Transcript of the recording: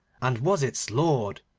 and was its lord.